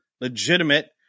legitimate